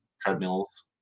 treadmills